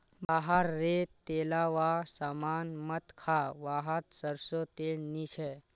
बाहर रे तेलावा सामान मत खा वाहत सरसों तेल नी छे